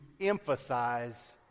emphasize